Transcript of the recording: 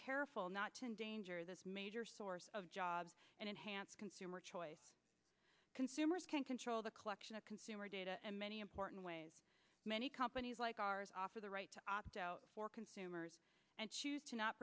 careful not to endanger this major source of jobs and enhance consumer choice consumers can control the collection of consumer data and many important ways many companies like ours offer the right to opt out for consumers and choose to not